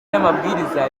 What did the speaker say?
n’amabwiriza